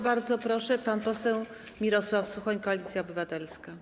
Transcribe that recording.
Bardzo proszę, pan poseł Mirosław Suchoń, Koalicja Obywatelska.